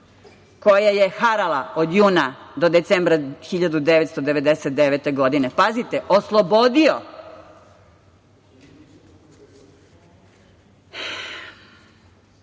koja je harala od juna do decembra 1999. godine. Pazite – oslobodio! Sudija